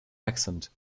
accent